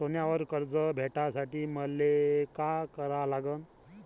सोन्यावर कर्ज भेटासाठी मले का करा लागन?